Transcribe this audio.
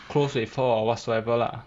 close with her or whatsoever lah